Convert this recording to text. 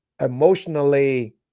emotionally